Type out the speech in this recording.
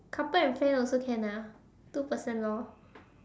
couple and friend also can ah two person lor